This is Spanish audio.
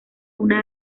una